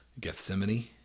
Gethsemane